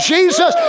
Jesus